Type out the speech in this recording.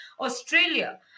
Australia